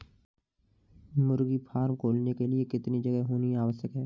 मुर्गी फार्म खोलने के लिए कितनी जगह होनी आवश्यक है?